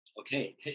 Okay